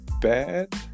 bad